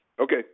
Okay